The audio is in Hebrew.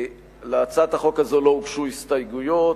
להצעת החוק הזאת לא הוגשו הסתייגויות.